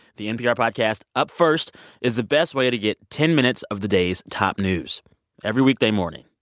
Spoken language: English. the npr podcast up first is the best way to get ten minutes of the day's top news every weekday morning.